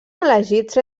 elegits